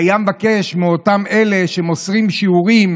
והיה מבקש מאותם אלה שמוסרים שיעורים